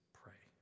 pray